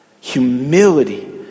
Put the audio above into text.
Humility